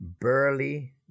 burly